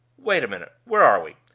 wait a minute! where are we?